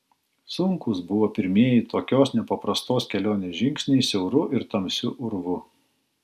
sunkūs buvo pirmieji tokios nepaprastos kelionės žingsniai siauru ir tamsiu urvu